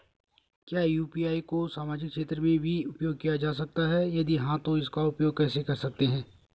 क्या यु.पी.आई को सामाजिक क्षेत्र में भी उपयोग किया जा सकता है यदि हाँ तो इसका उपयोग कैसे कर सकते हैं?